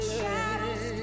shadows